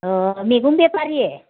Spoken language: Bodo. अ मैगं बेफारि